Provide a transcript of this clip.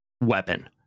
weapon